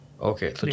okay